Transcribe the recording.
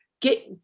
get